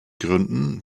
gründen